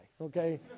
okay